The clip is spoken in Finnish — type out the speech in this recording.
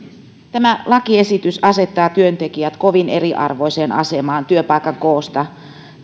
tämä lakiesitys asettaa työntekijät kovin eriarvoiseen asemaan työpaikan koosta